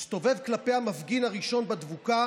הסתובב כלפי המפגין הראשון בדבוקה,